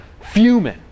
fuming